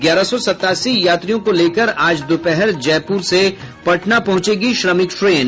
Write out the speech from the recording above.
ग्यारह सौ सतासी यात्रियों को लेकर आज दोपहर जयपुर से पटना पहुंचेगी श्रमिक ट्रेन